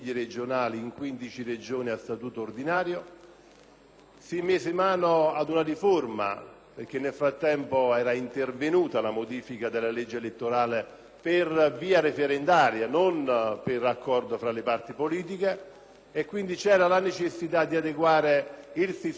Si mise mano ad una riforma, perché nel frattempo era intervenuta la modifica della legge elettorale, per via referendaria e non per accordo tra le parti politiche; quindi c'era la necessità di adeguare il sistema elettorale delle Regioni a quello che già